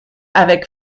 avec